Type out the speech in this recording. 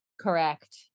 Correct